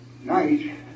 night